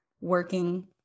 working